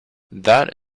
that